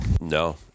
No